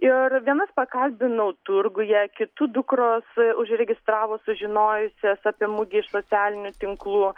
ir vienas pakalbinau turguje kitų dukros užregistravo sužinojusios apie mugę iš socialinių tinklų